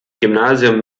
gymnasium